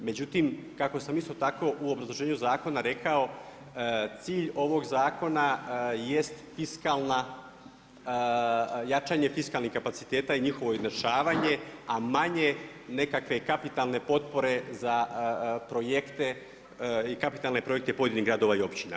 Međutim, kako sam isto tako u obrazloženju zakona rekao cilj ovog zakona jest fiskalna, jačanje fiskalnih kapaciteta i njihovo izjednačavanje, a manje nekakve kapitalne potpore za projekte, kapitalne projekte pojedinih gradova i općina.